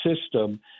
system